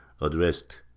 addressed